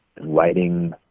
writing